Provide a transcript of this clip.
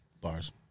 Bars